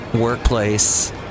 workplace